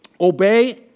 obey